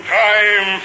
time